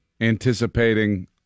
anticipating